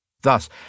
Thus